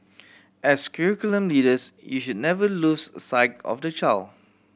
as curriculum leaders you should never lose sight of the child